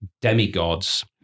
demigods